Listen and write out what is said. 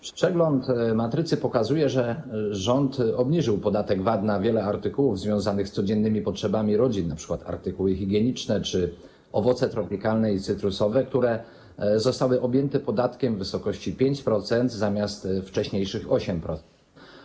Przegląd matrycy pokazuje, że rząd obniżył podatek VAT na wiele artykułów związanych z codziennymi potrzebami rodzin, np. artykułów higienicznych czy owoców tropikalnych i cytrusowych, które zostały objęte podatkiem w wysokości 5% zamiast wcześniejszych 8%.